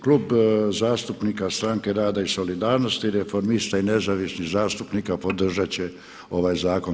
Klub zastupnika stranke rada i solidarnosti, Reformista i nezavisnih zastupnika podržat će ovaj Zakon.